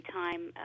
time